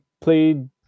played